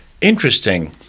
interesting